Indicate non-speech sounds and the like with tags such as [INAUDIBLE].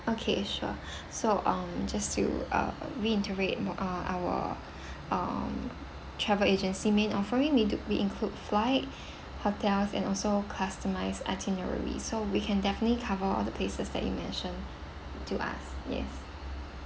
okay sure [BREATH] so um just to uh reiterate uh our [BREATH] um travel agency main offering we do we include flight [BREATH] hotels and also customized itineraries so we can definitely cover other places that you mentioned to us yes